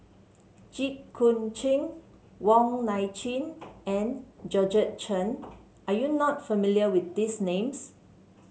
Jit Koon Ch'ng Wong Nai Chin and Georgette Chen are you not familiar with these names